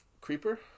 creeper